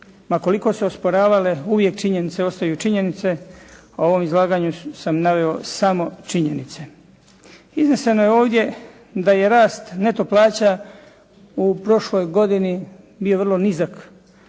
ma koliko se osporavale uvijek činjenice ostaju činjenice, a u ovom izlaganju sam naveo samo činjenice. Izneseno je ovdje da je rast neto plaća u prošloj godini bio vrlo nizak